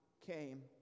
came